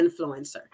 influencer